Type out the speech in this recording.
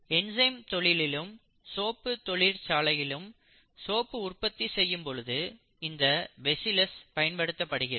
enzyme தொழிலிலும் soap தொழிற்சாலையிலும் soap உற்பத்தி செய்யும் பொழுது இந்த பேசிலஸ் பயன்படுத்தப்படுகிறது